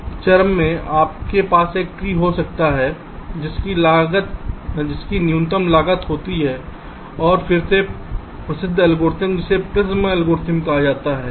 दूसरे चरम में आपके पास एक ट्री हो सकता है जिसकी न्यूनतम लागत होती है और फिर से प्रसिद्ध एल्गोरिथ्म है जिसे प्रिमस एल्गोरिथ्म Prim's algorithm कहा जाता है